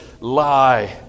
lie